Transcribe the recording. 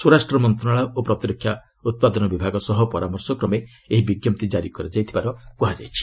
ସ୍ୱରାଷ୍ଟ୍ର ମନ୍ତ୍ରଣାଳୟ ଓ ପ୍ରତିରକ୍ଷା ଉତ୍ପାଦ ବିଭାଗ ସହ ପରାମର୍ଶ କ୍ରମେ ଏହି ବିଞ୍ଜପ୍ତି କାରୀ କରାଯାଇଥିବା କୁହାଯାଇଛି